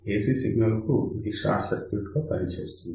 AC signal కు ఇది short circuit పనిచేస్తుంది